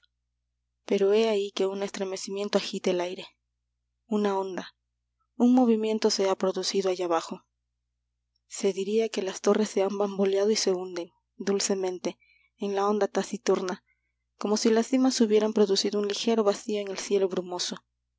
pero he ahí que un estremecimiento agita el aire una onda un movimiento se ha producido allá abajo se diría que las torres se han bamboleado y se hunden dulcemente en la onda taciturna como si las cimas hubieran producido un ligero vacío en el cielo brumoso